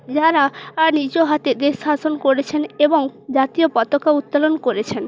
যারা নিজ হাতে দেশ শাসন করেছেন এবং জাতীয় পতাকা উত্তোলন করেছেন